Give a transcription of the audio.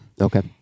Okay